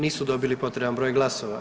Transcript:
Nisu dobili potreban broj glasova.